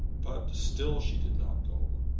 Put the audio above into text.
but still she did not go.